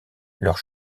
leurs